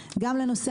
שצריך להגיד,